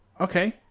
Okay